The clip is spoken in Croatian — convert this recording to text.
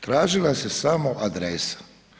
Tražila se samo adresa.